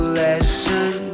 lesson